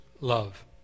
love